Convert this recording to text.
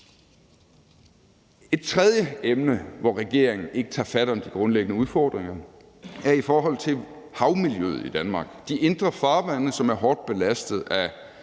Et tredje emne, hvor regeringen ikke tager fat om de grundlæggende udfordringer, er i forhold til havmiljøet i Danmark – de indre farvande, som er hårdt belastet af